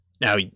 Now